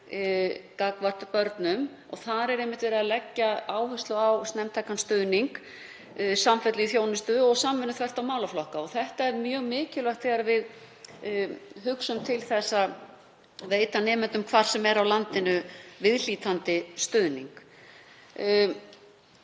Þar er lögð áhersla á snemmtækan stuðning, samfellu í þjónustu og samvinnu þvert á málaflokka. Þetta er mjög mikilvægt þegar við hugsum til þess að veita nemendum, hvar sem er á landinu, viðhlítandi stuðning.